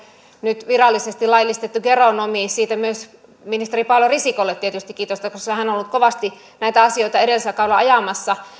nyt virallisesti laillistettu geronomi siitä myös ministeri paula risikolle tietysti kiitosta koska hän on ollut kovasti näitä asioita edellisellä kaudella ajamassa